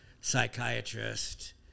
psychiatrist